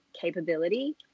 capability